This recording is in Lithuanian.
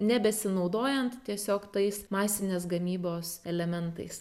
nebesinaudojant tiesiog tais masinės gamybos elementais